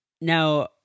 now